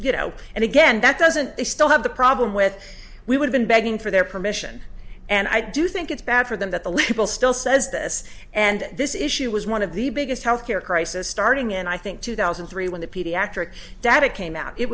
you know and again that doesn't they still have the problem with we would been begging for their permission and i do think it's bad for them that the label still says this and this issue was one of the biggest health care crisis starting in i think two thousand and three when the pediatric data came out it